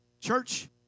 church